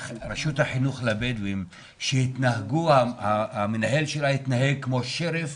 רשות החינוך לבדואים שהמנהל שלה התנהג כמו שריף